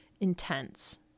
intense